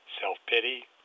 self-pity